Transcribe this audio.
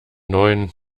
neuen